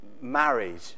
married